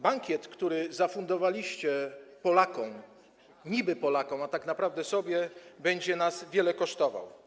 Bankiet, który zafundowaliście Polakom, niby Polakom, a tak naprawdę sobie, będzie nas wiele kosztował.